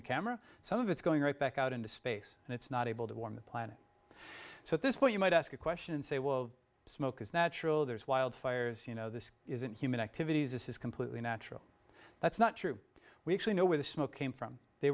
the camera some of it's going right back out into space and it's not able to warm the planet so at this point you might ask a question and say well smoke is natural there's wildfires you know this isn't human activities this is completely natural that's not true we actually know where the smoke came from they